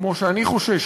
כמו שאני חושש,